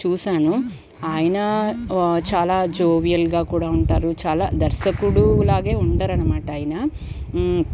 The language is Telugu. చూశాను ఆయనా వ చాలా జోవియల్గా కూడా ఉంటారు చాలా దర్శకుడు లాగే ఉండరనమాట ఆయన